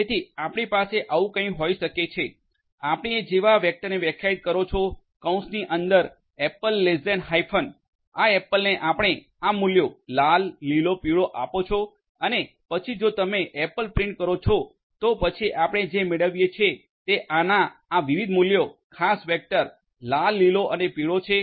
જેથી આપણી પાસે આવું કંઈક હોઈ શકે છે આપણે જેવા વેક્ટરને વ્યાખ્યાયિત કરો છો કૌંસની અંદર એપલ લેસ્સ ધેન હાઇફન આ એપલને આપણે આ મૂલ્યો લાલ લીલો પીળો આપો છો અને પછી જો તમે એપલ પ્રિન્ટ કરો છો તો પછી આપણે જે મેળવીએ છીએ તે આના આ વિવિધ મૂલ્યો ખાસ વેક્ટર લાલ લીલો અને પીળો છે